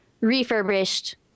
refurbished